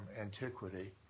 antiquity